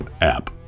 app